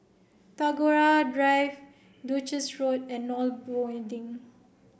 Tagore Drive Duchess Road and NOL Building